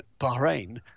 Bahrain